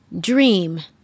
Dream